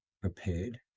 prepared